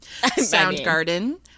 Soundgarden